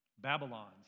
Babylons